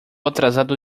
atrasado